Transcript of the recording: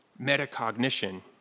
metacognition